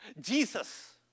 Jesus